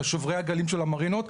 שוברי הגלים של המרינות,